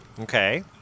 Okay